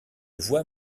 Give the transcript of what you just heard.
voix